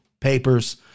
papers